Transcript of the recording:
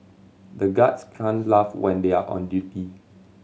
the guards can't laugh when they are on duty